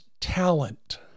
talent